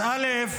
אז א.